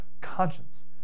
conscience